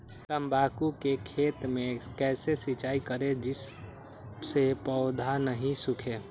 तम्बाकू के खेत मे कैसे सिंचाई करें जिस से पौधा नहीं सूखे?